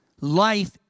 Life